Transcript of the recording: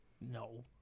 No